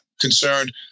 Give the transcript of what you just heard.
concerned